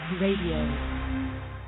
Radio